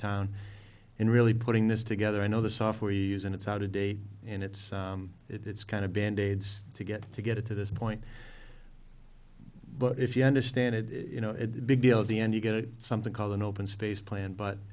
town in really putting this together you know the software you use and it's out of date and it's it's kind of band aids to get to get it to this point but if you understand it you know it the big deal at the end you get something called an open space plan but